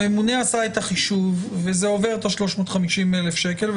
הוא עושה את החישוב וזה עובר את הסכום של 350,000 שקלים,